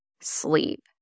Sleep